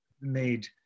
made